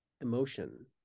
emotion